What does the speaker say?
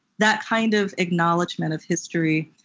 that kind of acknowledgment of history